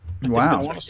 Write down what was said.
Wow